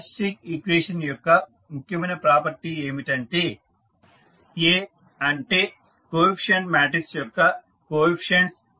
characteristic equation యొక్క ముఖ్యమైన property ఏమిటంటే A అంటే కోఎఫీసియంట్ మాట్రిక్స్ యొక్క కోఎఫీసియంట్స్